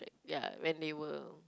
ya when they will